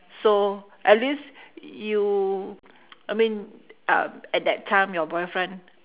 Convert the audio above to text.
so at least you I mean um at that time your boyfriend